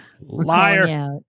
Liar